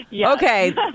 okay